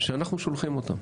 שאנחנו שולחים אותם.